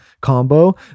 combo